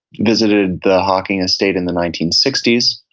visited the hocking estate in the nineteen sixty s.